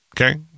Okay